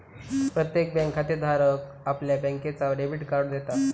प्रत्येक बँक खातेधाराक आपल्या बँकेचा डेबिट कार्ड देता